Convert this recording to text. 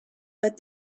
but